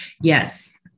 Yes